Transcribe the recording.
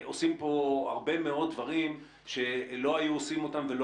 עושים פה הרבה מאוד דברים שלא היו עושים אותם ולא